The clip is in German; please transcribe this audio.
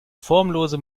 formlose